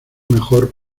mejor